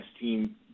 team